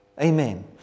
amen